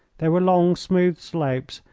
there were long, smooth slopes,